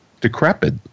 decrepit